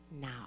now